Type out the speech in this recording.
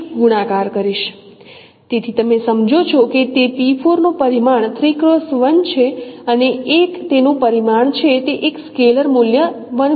તેથી તમે સમજો છો કે તે નું પરિમાણ 3x1 છે અને 1 તેનું પરિમાણ છે તે એક સ્કેલેર મૂલ્ય 1x1 છે